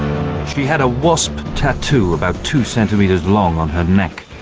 she had a wasp tattoo about two centimetres long on her neck,